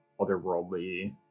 otherworldly